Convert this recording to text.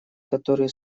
которые